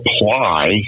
apply